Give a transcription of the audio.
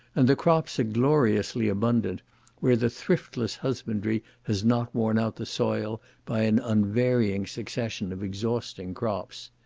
and the crops are gloriously abundant where the thriftless husbandry has not worn out the soil by an unvarying succession of exhausting crops.